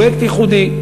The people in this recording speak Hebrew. פרויקט ייחודי,